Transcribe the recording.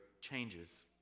changes